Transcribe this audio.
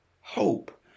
Hope